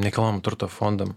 nekilnojamo turto fondam